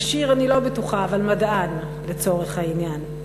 עשיר אני לא בטוחה, אבל מדען, לצורך העניין.